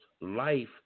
life